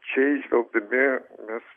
čia įžvelgdami mes